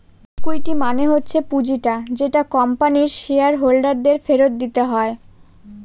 equity মানে হচ্ছে পুঁজিটা যেটা কোম্পানির শেয়ার হোল্ডার দের ফেরত দিতে হয়